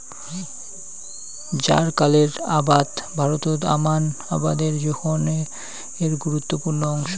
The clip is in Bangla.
জ্বারকালের আবাদ ভারতত আমান আবাদের জোখনের গুরুত্বপূর্ণ অংশ